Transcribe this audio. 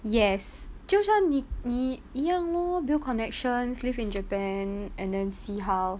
yes 就像你你一样咯 build connections live in japan and then see how